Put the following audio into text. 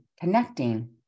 connecting